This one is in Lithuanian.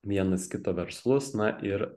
vienas kito verslus na ir